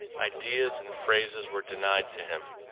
ideas and phrases were denied to him.